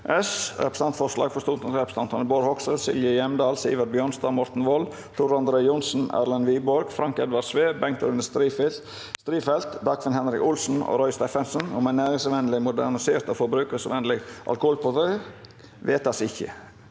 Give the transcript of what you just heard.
– Representantforslag fra stortingsrepresentantene Bård Hoksrud, Silje Hjemdal, Sivert Bjørnstad, Morten Wold, Tor André Johnsen, Erlend Wiborg, Frank Edvard Sve, Bengt Rune Strifeldt, Dagfinn Henrik Olsen og Roy Steffensen om en næringsvennlig, modernisert og forbrukervennlig alkoholpolitikk – vedtas ikke.